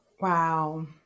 Wow